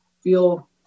feel